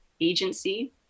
agency